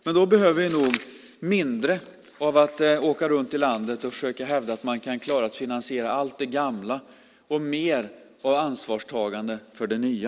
Men då behöver vi nog mindre av att åka runt i landet och försöka hävda att man kan klara att finansiera allt det gamla och mer av ansvarstagande för det nya.